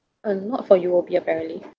uh not for U_O_B apparently